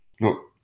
Look